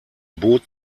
bot